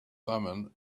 thummim